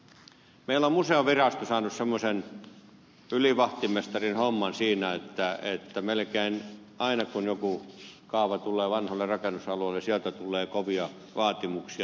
meillä on museovirasto saanut semmoisen ylivahtimestarin homman siinä että melkein aina kun joku kaava tulee vanhoille rakennusalueille sieltä tulee kovia vaatimuksia